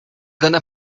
gonna